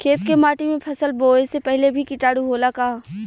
खेत के माटी मे फसल बोवे से पहिले भी किटाणु होला का?